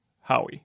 Howie